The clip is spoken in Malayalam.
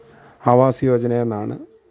ആവാസ് യോജന എന്നാണ്